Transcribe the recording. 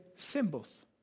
Symbols